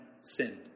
sinned